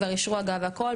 כבר אישרו הגעה והכול.